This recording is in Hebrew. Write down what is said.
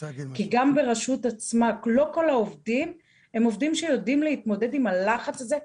כי גם ברשות עצמה לא כל העובדים הם עובדים שיודעים להתמודד עם הלחץ הזה,